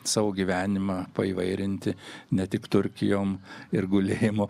savo gyvenimą paįvairinti ne tik turkijom ir gulėjimo